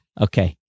Okay